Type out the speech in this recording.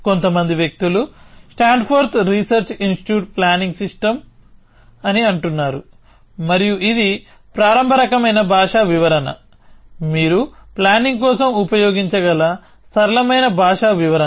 కొంతమంది వ్యక్తులు Stanford research institute planning system అని అంటున్నారు మరియు ఇది ప్రారంభ రకమైన భాషా వివరణ మీరు ప్లానింగ్ కోసం ఉపయోగించగల సరళమైన భాషా వివరణ